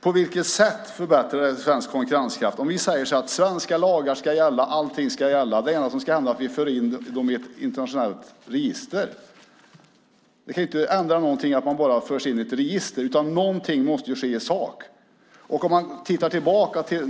på vilket sätt det förbättrar svensk konkurrenskraft om vi säger att svenska lagar ska gälla. Allting ska gälla. Det enda som ska ändras är att vi för in dem i ett internationellt register. Det kan ju inte ändra någonting att man bara förs in i ett register, utan någonting måste ske i sak. Man kan titta tillbaka.